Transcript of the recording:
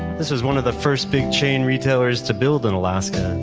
this was one of the first big chain retailers to build in alaska.